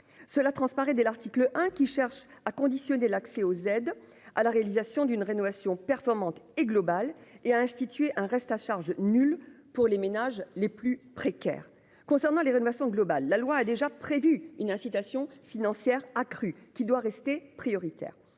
Cela transparaît dès l'article 1 qui cherche à conditionner l'accès aux aides à la réalisation d'une rénovation performante et global et à instituer un reste à charge nul pour les ménages les plus précaires. Concernant l'évaluation globale. La loi a déjà prévu une incitation financière accrue qui doit rester prioritaire